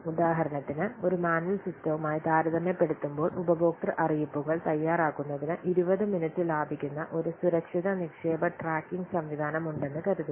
ഉദാഹരണത്തിന് ഒരു മാനുവൽ സിസ്റ്റവുമായി താരതമ്യപ്പെടുത്തുമ്പോൾ ഉപഭോക്തൃ അറിയിപ്പുകൾ തയ്യാറാക്കുന്നതിന് 20 മിനിറ്റ് ലാഭിക്കുന്ന ഒരു സുരക്ഷിത നിക്ഷേപ ട്രാക്കിംഗ് സംവിധാനം ഉണ്ടെന്ന് കരുതുക